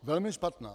Velmi špatná.